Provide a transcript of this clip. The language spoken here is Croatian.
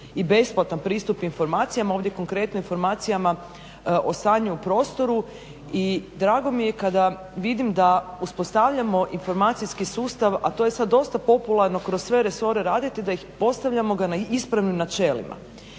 i besplatan pristup informacijama. Ovdje konkretno informacijama o stanju u prostoru. I drago mi je kada vidim da uspostavljamo informacijski sustav a to je sada dosta popularno kroz sve resore raditi da postavljamo ga na ispravnim načelima.